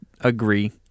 agree